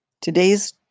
Today's